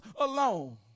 alone